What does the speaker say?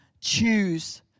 choose